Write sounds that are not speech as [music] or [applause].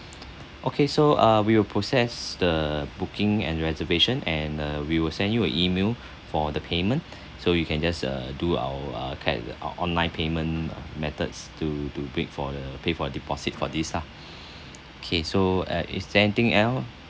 okay so uh we will process the booking and reservation and uh we will send you a email for the payment [noise] so you can just uh do our uh c~ uh online payment uh methods to to bri~ for the pay for deposit for this ah [breath] K so uh is there anything else